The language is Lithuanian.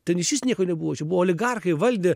ten išvis nieko nebuvo čia buvo oligarchai valdė